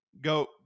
go